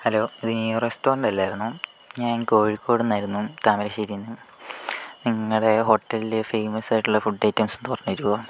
hello ഇത് നീയോ restaurant അല്ലായിരുന്നോ ഞാൻ കോഴിക്കോട് നിന്നായിരുന്നു താമരശ്ശേരിയിൽ നിന്ന് നിങ്ങളുടെ ഹോട്ടലിലെ ഫേമസ് ആയിട്ടുള്ള ഫുഡ് ഐറ്റംസ് ഒന്ന് പറഞ്ഞു തരുമോ